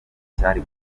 cyari